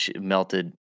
melted